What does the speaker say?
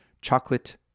chocolate